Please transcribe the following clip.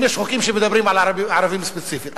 אם יש חוקים שמדברים על ערבים ספציפית.